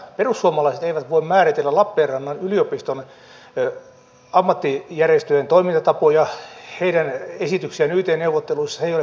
perussuomalaiset eivät voi määritellä lappeenrannan yliopiston ammattijärjestöjen toimintatapoja heidän esityksiään yt neuvotteluissa se ei ole perussuomalainen linja